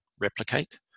replicate